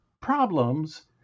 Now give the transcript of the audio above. problems